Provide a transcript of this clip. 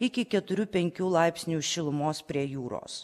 iki keturių penkių laipsnių šilumos prie jūros